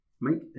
make